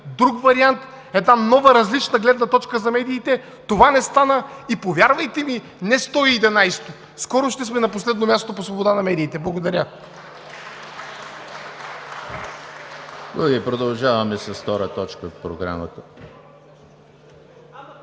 друг вариант, една нова, различна гледна точка за медиите. Това не стана. И, повярвайте ми, не на 111-о, скоро ще сме на последно място по свобода на медиите. Благодаря.